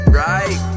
right